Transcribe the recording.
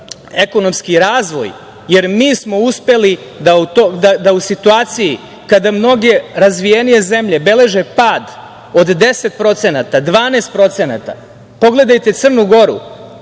ekonomski razvoj, jer mi smo uspeli da u situaciji kada mnoge razvijenije zemlje beleže pad od 10%, 12%, pogledajte Crnu Goru,